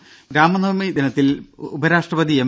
ദേദ രാംനവമി ദിനത്തിൽ ഉപരാഷ്ട്രപതി എം